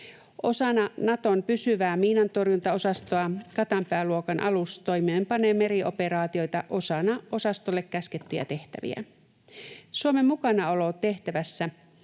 Osana Naton pysyvää miinantorjuntaosastoa Katanpää-luokan alus toimeenpanee merioperaatioita osana osastolle käskettyjä tehtäviä. Suomen mukanaolo tehtävässä